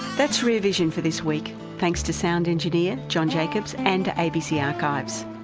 that's rear vision for this week. thanks to sound engineer john jacobs and abc archives.